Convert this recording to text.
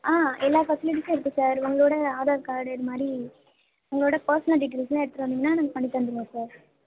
ஆ எல்லா ஃபெசிலிட்டீசும் இருக்குது சார் உங்களோட ஆதார் கார்டு இது மாதிரி உங்களோட பர்ஸ்னல் டீடெய்ல்ஸ்லாம் எடுத்துகிட்டு வந்திங்கனால் நாங்கள் பண்ணி தந்துடுவோம் சார்